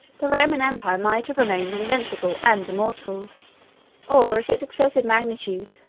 the roman empire might have remained invincible and immortal or if its excessive magnitude,